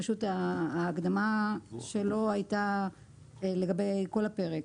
פשוט ההקדמה שלו הייתה לגבי כל הפרק.